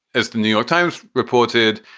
as the new york times reported,